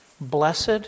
Blessed